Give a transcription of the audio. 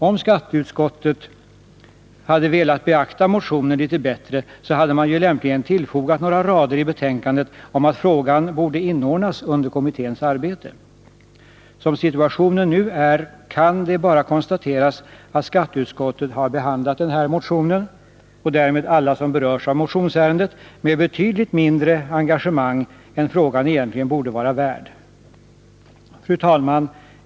Om skatteutskottet hade velat beakta motionen litet bättre, hade man ju lämpligen tillfogat några rader i betänkandet om att frågan borde inordnas under kommitténs arbete. Som situationen nu är kan det bara konstateras att skatteutskottet har behandlat den här motionen — och därmed alla som berörs av motionsärendet — med betydligt mindre engagemang än frågan egentligen borde vara värd. Fru talman!